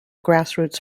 grassroots